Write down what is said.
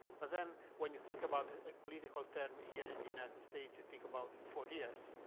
but then, when you think about a political term here in the united states, you think about four years.